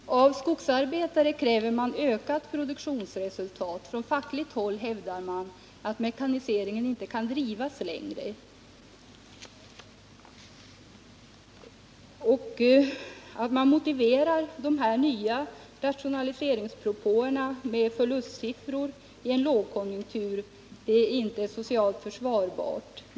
Herr talman! Av skogsarbetare krävs det nu ökat produktionsresultat. Från 16 november 1978 fackligt håll hävdar man att mekaniseringen inte kan drivas längre. De nya rationaliseringspropåerna motiveras med förlustsiffror i en lågkonjunktur. Det är inte socialt försvarbart.